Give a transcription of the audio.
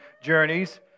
journeys